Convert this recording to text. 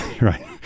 right